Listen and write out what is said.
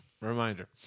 reminder